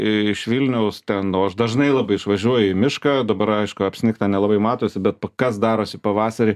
iš vilniaus ten o dažnai labai išvažiuoju į mišką dabar aišku apsnigta nelabai matosi bet kas darosi pavasarį